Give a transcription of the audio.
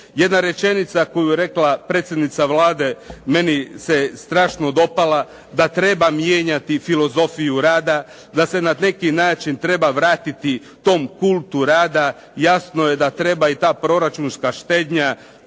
Jedna rečenica koju je rekla predsjednica Vlade, meni se strašno dopala, da treba mijenjati filozofiju rada, da se ne na neki način treba vratiti tom kultu rada. Jasno je da treba i ta proračunska štednja,